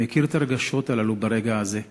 אני מכיר את הרגשות הללו ברגע הזה: